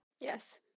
yes